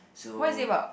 so